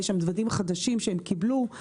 יש שם דוודים חדשים שהם קיבלו.